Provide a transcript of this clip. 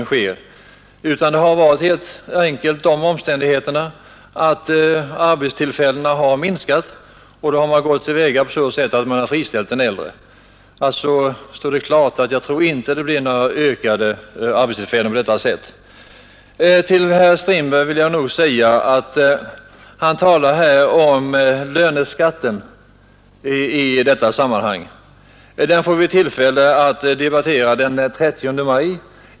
De omständigheter som förelegat har helt enkelt varit att arbetstillfällena har minskat, och då har man friställt de äldre. Jag tror alltså inte att det blir några ökade arbetstillfällen genom att man sänker ATP-avgifterna för den äldre arbetskraften. Herr Strindberg talar i detta sammanhang om löneskatten. Den får vi tillfälle att debattera den 30 maj.